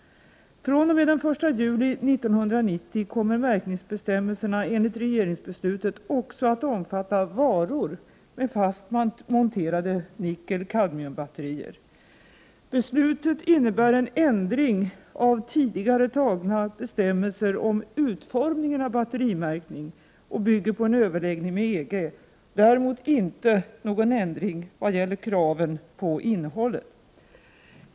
fr.o.m. den 1 juli 1990 kommer märkningsbestämmelserna enligt regeringsbeslutet att omfatta också varor med fast monterade nickel-kadmiumbatterier. Beslutet innebär en ändring av tidigare antagna bestämmelser om utformningen av batterimärkning och bygger på överläggningar med EG. Beslutet innebär däremot inte någon ändring när det gäller innehållet.